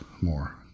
more